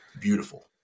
beautiful